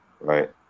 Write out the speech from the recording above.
Right